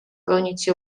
gonić